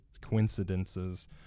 coincidences